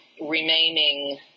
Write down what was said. remaining